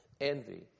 envy